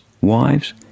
wives